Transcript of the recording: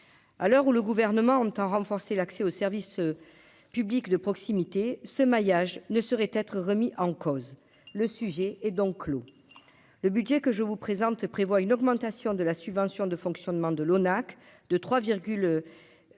à l'heure où le gouvernement entend renforcer l'accès aux services publics de proximité, ce maillage ne saurait être remis en cause, le sujet est donc clos le budget que je vous présente prévoit une augmentation de la subvention de fonctionnement de l'ONAC deux